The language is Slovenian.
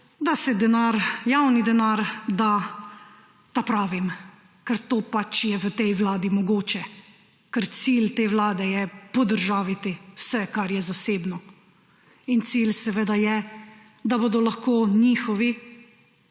za to, da javni denar da tapravim, ker to pač je v tej vladi mogoče, ker cilj te vlade je podržaviti vse, kar je zasebno. Cilj seveda je, da bodo lahko njihovi